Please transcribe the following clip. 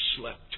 slept